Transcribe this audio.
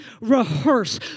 rehearse